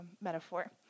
metaphor